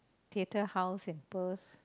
theatre house in Perth